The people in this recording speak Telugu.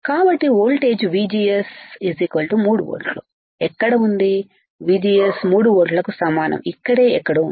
కాబట్టి వోల్టేజ్ VGS 3 వోల్ట్లు ఎక్కడ ఉంది VGS3 వోల్ట్లకు సమానం ఇక్కడే ఎక్కడో ఉంది